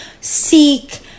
seek